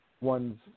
one's